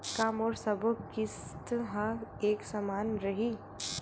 का मोर सबो किस्त ह एक समान रहि?